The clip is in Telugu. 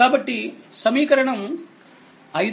కాబట్టి సమీకరణం 5